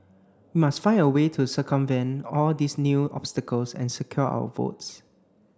we must find a way to circumvent all these new obstacles and secure our votes